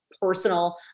personal